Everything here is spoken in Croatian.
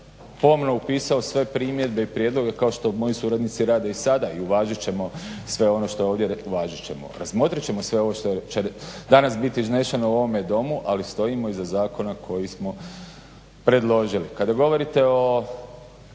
pomno upisao sve primjedbe i prijedloge kao što moji suradnici rade i sada i uvažit ćemo sve ono što je ovdje, uvažit ćemo. Razmotrit ćemo sve ovo što će danas biti izneseno u ovome domu ali stojimo iza zakona koji smo predložili. Kada govorite o